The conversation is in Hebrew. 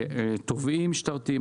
תובעים משטרתיים.